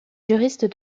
juriste